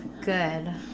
Good